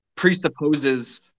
presupposes